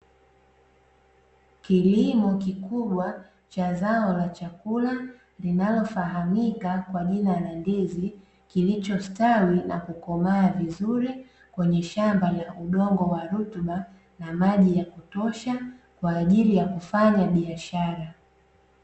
Kilimo kikubwa cha zao la chakula, linalofahamika kwa jina la ndizi, kilichostawi na kukomaa vizuri, kwenye shamba la udongo wa rutuba, na maji ya kutosha kwa ajili ya kufanya biashara.